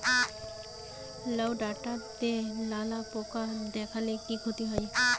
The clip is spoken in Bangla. লাউ ডাটাতে লালা পোকা দেখালে কি ক্ষতি হয়?